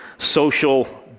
social